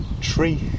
tree